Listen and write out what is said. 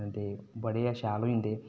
ते बड़े गै शैल होई जंदे